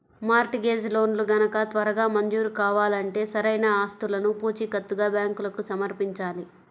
mart gauge లోన్లు గనక త్వరగా మంజూరు కావాలంటే సరైన ఆస్తులను పూచీకత్తుగా బ్యాంకులకు సమర్పించాలి